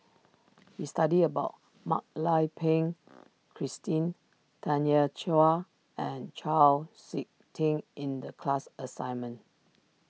we studied about Mak Lai Peng Christine Tanya Chua and Chau Sik Ting in the class assignment